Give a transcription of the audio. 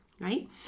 right